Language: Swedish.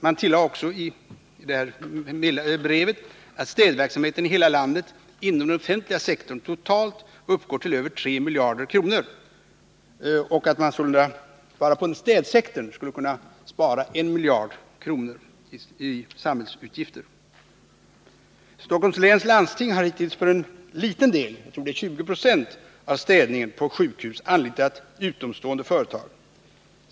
Städbolaget tillade i brevet att städverksamheten inom den offentliga verksamheten i hela landet belöper sig till över 3 miljarder kronor och att man sålunda bara inom städsektorn skulle kunna spara 1 miljard kronor i samhällsutgifter. Stockholms läns landsting har hittills för en liten del —- jag tror det är 20 96 — av städningen på sjukhus anlitat utomstående företag.